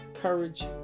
courage